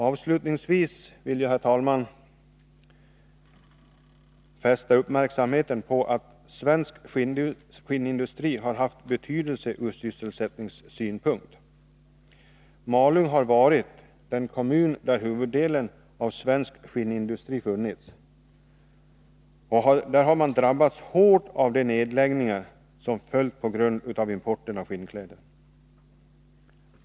Avslutningsvis vill jag, herr talman, fästa uppmärksamheten på att svensk skinnindustri har betydelse ur sysseisättningssynpunkt. Malung, den kommun där huvuddelen av svensk skinnindustri har funnits, har drabbats hårt av de nedläggningar som följt på grund av importen av skinnkläder.